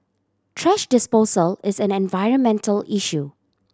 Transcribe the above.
thrash disposal is an environmental issue